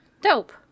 Dope